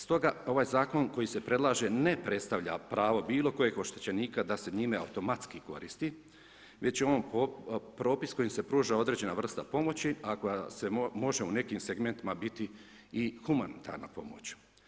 Stoga, ovaj zakon koji se predlaže, ne predstavlja pravo bilo kojeg oštećenika, da se njima automatski koristi, već je on propis kojim se pruža određena vrsta pomoći a koja se može u nekim segmentima biti i humanitarna pomoć.